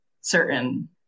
certain